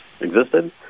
existed